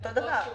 אותו דבר.